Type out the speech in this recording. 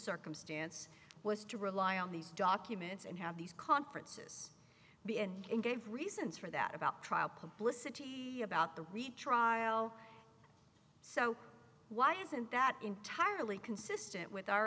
circumstance was to rely on these documents and have these conferences be and gave reasons for that about trial publicity about the reed trial so why isn't that entirely consistent with our